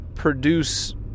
produce